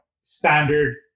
standard